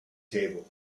table